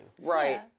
Right